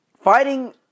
fighting